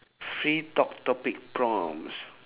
free top~ topic prompts